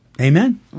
Amen